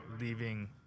leaving